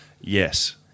Yes